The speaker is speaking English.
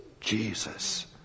Jesus